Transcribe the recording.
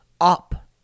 up